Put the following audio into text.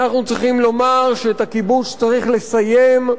אנחנו צריכים לומר שאת הכיבוש צריך לסיים,